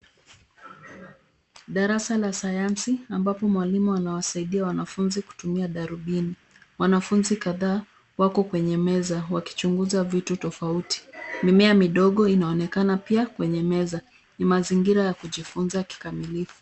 Darasa la sayansi ambapo mwalimu anawasaidia wanafunzi kutumia darubini. Wanafunzi kadhaa wako kwenye meza wakichunguza vitu tofauti. Mimea midogo inaonekana pia kwenye meza. Ni mazingira ya kujifunza kikamilifu.